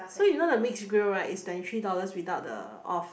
so you know the mixed grill right is twenty three dollars without the off